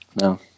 no